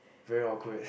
very awkward